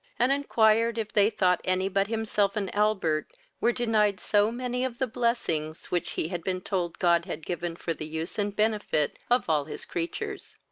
and inquired if they thought any but himself and albert were denied so many of the blessings which he had been told god had given for the use and benefit of all his creatures.